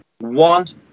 want